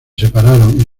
separaron